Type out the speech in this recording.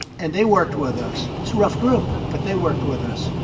and they worked with us. it's a rough group, but they worked with us.